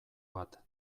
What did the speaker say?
bat